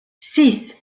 six